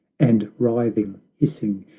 and writhing, hissing,